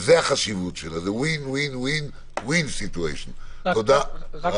וזה החשיבות שלה, זה מצב של win-win-win.